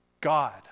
God